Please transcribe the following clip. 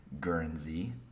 Guernsey